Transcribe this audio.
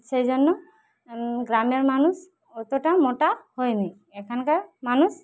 সেইজন্য গ্রামের মানুষ অতটা মোটা হয়নি এখানকার মানুষ